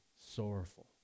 sorrowful